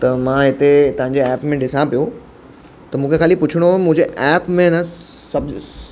त मां हिते तव्हांजे ऐप में ॾिसां पियो त मूंखे ख़ाली पुछिणो हुओ मुंहिंजे ऐप में न स